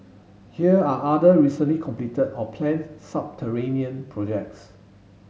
here are other recently completed or planned subterranean projects